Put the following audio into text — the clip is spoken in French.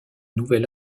nouvel